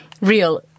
real